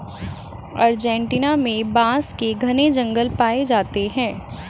Argentina में बांस के घने जंगल पाए जाते हैं